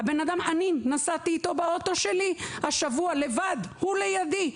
אני נסעתי אתו באוטו שלי השבוע לבד, הוא לידי,